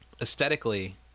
aesthetically